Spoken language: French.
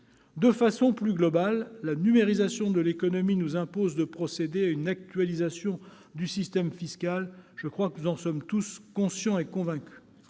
De façon plus globale, la numérisation de l'économie nous impose de procéder à une actualisation du système fiscal. Je crois que nous en sommes tous conscients et convaincus.